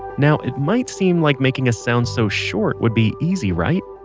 now, it might seem like making a sound so short would be easy right.